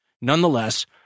Nonetheless